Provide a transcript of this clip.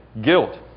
guilt